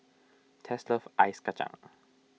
Tess loves Ice Kacang